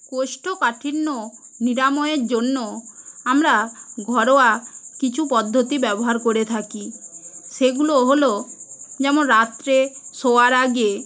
কোষ্ঠকাঠিন্য নিরাময়ের জন্য আমরা ঘরোয়া কিছু পদ্ধতি ব্যবহার করে থাকি সেগুলো হল যেমন রাত্রে শোয়ার আগে